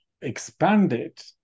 expanded